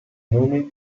nome